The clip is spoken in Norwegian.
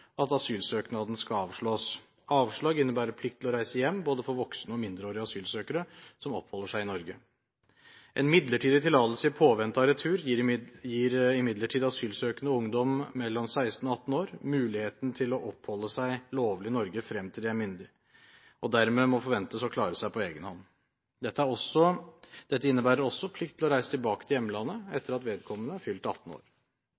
at asylsøknaden skal avslås. Avslag innebærer plikt til å reise hjem, både for voksne og for mindreårige asylsøkere som oppholder seg i Norge. En midlertidig tillatelse i påvente av retur gir imidlertid asylsøkende ungdommer mellom 16 og 18 år muligheten til å oppholde seg lovlig i Norge frem til de er myndige – og dermed må forventes å klare seg på egen hånd. Dette innebærer også plikt til å reise tilbake til hjemlandet etter at vedkommende har fylt 18 år.